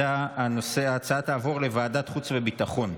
ההצעה תעבור לוועדת החוץ והביטחון.